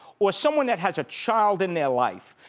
or someone that has a child in their life,